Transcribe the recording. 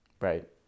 right